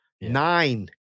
Nine